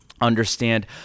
understand